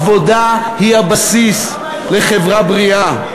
עבודה היא הבסיס לחברה בריאה.